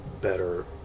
better